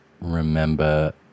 Remember